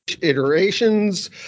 iterations